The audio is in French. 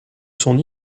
son